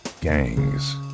gangs